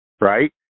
right